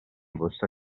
busta